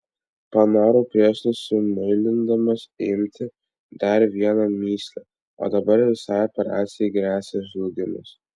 panorau prieš nusimuilindamas įminti dar vieną mįslę o dabar visai operacijai gresia žlugimas